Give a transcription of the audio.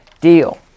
deal